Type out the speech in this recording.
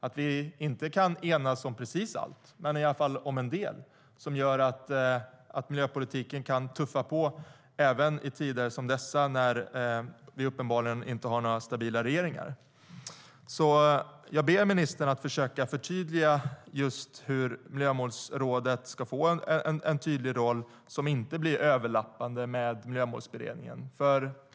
Vi kan inte enas om precis allt men i alla fall om en del, vilket gör att miljöpolitiken kan tuffa på även i tider som dessa när vi uppenbarligen inte har någon stabil regering. Jag ber alltså ministern försöka förtydliga just hur Miljömålsrådet ska få en tydlig roll som inte blir överlappande med Miljömålsberedningen.